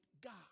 God